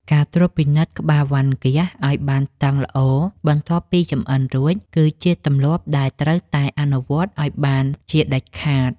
ការត្រួតពិនិត្យក្បាលវ៉ានហ្គាសឱ្យបានតឹងល្អបន្ទាប់ពីចម្អិនរួច គឺជាទម្លាប់ដែលត្រូវតែអនុវត្តឱ្យបានជាដាច់ខាត។